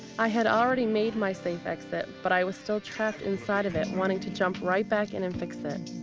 i had already made my safe exit, but i was still trapped inside of it, wanting to jump right back in and fix it.